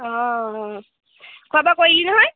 অঁ খোৱা বােৱা কৰিলি নহয়